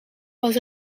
was